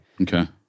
Okay